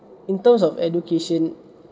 in terms of education